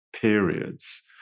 periods